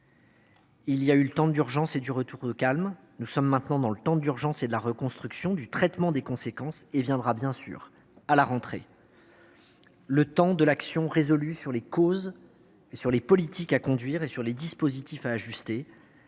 Il y a eu le temps de l’urgence du retour au calme. Nous sommes maintenant dans le temps de l’urgence de la reconstruction, du traitement rapide des conséquences. Et bien sûr, à la rentrée, viendra le temps de l’action résolue sur les causes, les politiques à conduire et les dispositifs à ajuster.